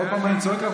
מה יש לכם?